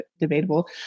debatable